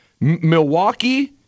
Milwaukee –